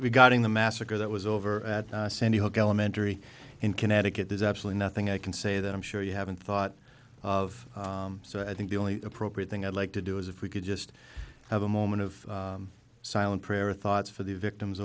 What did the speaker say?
regarding the massacre that was over at sandy hook elementary in connecticut there's actually nothing i can say that i'm sure you haven't thought of so i think the only appropriate thing i'd like to do is if we could just have a moment of silent prayer thoughts for the victims